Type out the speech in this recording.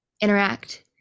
interact